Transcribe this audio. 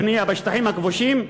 הבנייה בשטחים הכבושים,